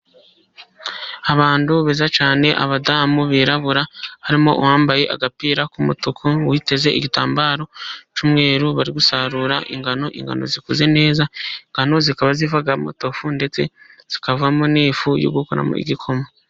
Abantu beza cyane, abadamu birabura, harimo uwambaye agapira k'umutuku, witeze igitambaro cy'umweru, uri gusarura ingano, ingano zikuze neza, ingano zikaba ziva amatofu, ndetse zikavamo n'ifu yo gukoramo igikoma.